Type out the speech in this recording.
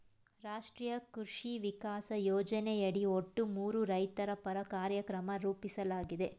ರಾಷ್ಟ್ರೀಯ ಕೃಷಿ ವಿಕಾಸ ಯೋಜನೆಯಡಿ ಒಟ್ಟು ಮೂರು ರೈತಪರ ಕಾರ್ಯಕ್ರಮನ ರೂಪಿಸ್ಲಾಗಿದೆ